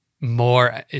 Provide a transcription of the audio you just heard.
more